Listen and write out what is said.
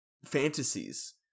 fantasies